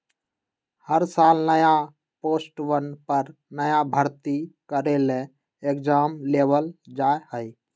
हर साल नया पोस्टवन पर नया भर्ती करे ला एग्जाम लेबल जा हई